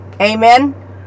amen